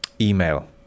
email